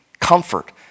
comfort